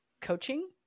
Coaching